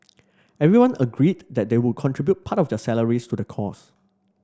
everyone agreed that they would contribute part of their salaries to the cause